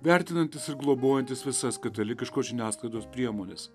vertinantis ir globojantis visas katalikiškos žiniasklaidos priemones